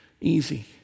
easy